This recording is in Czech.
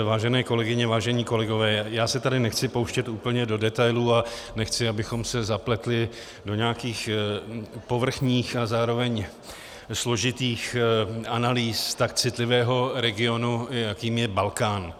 Vážené kolegyně, vážení kolegové, já se tady nechci pouštět úplně do detailů a nechci, abychom se zapletli do nějakých povrchních a zároveň složitých analýz tak citlivého regionu, jakým je Balkán.